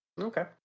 okay